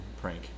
prank